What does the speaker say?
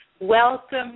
Welcome